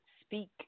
speak